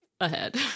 ahead